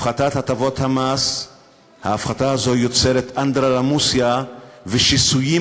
הפחתת הטבות המס יוצרת אנדרלמוסיה ושיסויים